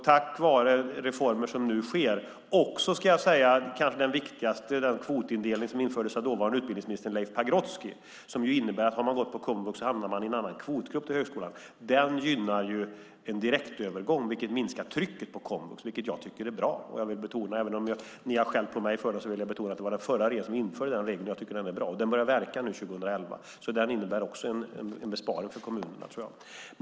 Tack vare reformer som nu sker - den viktigaste är kanske den kvotindelning som infördes av dåvarande utbildningsministern Leif Pagrotsky och som innebär att den som har gått på komvux hamnar i en annan kvotgrupp på högskolan - gynnar man en direktövergång som minskar trycket på komvux, vilket jag tycker är bra. Även om ni har skällt på mig vill jag betona att det var den förra regeringen som införde den regeln, och jag tycker att den är bra. Den börjar verka nu 2011. Den innebär också en besparing för kommunerna, tror jag.